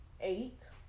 eight